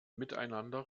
miteinander